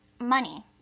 money